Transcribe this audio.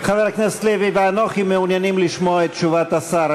חבר הכנסת לוי ואנוכי מעוניינים לשמוע את תשובת השר,